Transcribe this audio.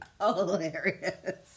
Hilarious